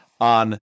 on